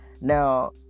now